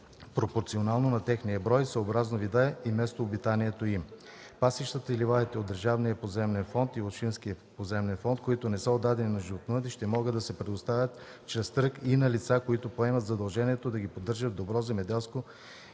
пропорционално на техния брой и съобразно вида и местообитанието им. Пасищата и ливадите от държавния поземлен фонд и общинския поземлен фонд, които не са отдадени на животновъди, ще могат да се предоставят чрез търг и на лица, които поемат задължението да ги поддържат в добро земеделско